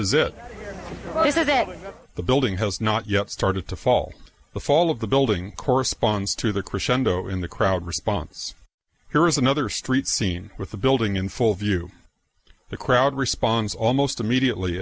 that the building has not yet started to fall the fall of the building corresponds to the crescendo in the crowd response here is another street scene with the building in full view the crowd responds almost immediately